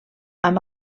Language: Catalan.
amb